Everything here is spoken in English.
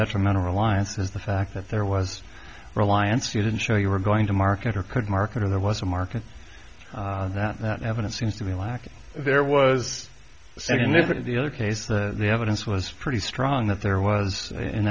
detrimental reliance is the fact that there was reliance you didn't show you were going to market or could market or there was a market that that evidence seems to be lacking there was significant the other case the evidence was pretty strong that there was in